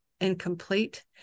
incomplete